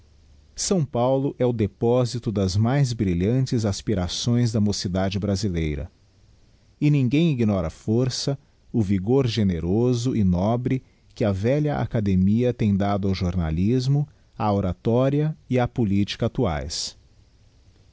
s paulo é o deposito das mais brilhantes aspirações da mocidade brasileira e ninguém ignora a força o vigor generoso e nobre que a velha academia tem dado ao jornalismo á oratória e á politica actuaes